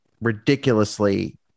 ridiculously